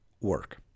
work